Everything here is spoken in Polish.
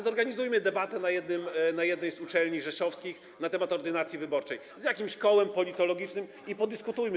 Zorganizujmy debatę na jednej z uczelni rzeszowskich na temat ordynacji wyborczej z jakimś kołem politologicznym i podyskutujmy.